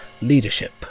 Leadership